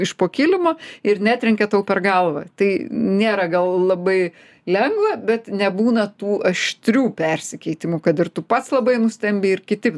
iš po kilimo ir netrenkia tau per galvą tai nėra gal labai lengva bet nebūna tų aštrių persikeitimų kad ir tu pats labai nustembi ir kiti